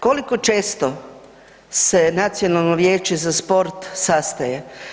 Koliko često se Nacionalno vijeće za sport sastaje?